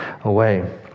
away